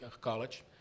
College